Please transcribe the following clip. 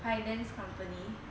finance company